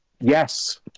Yes